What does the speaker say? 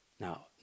now